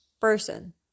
person